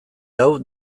hau